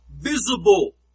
visible